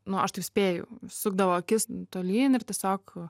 nuo aš taip spėju sukdavo akis tolyn ir tiesiog